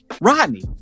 rodney